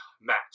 Match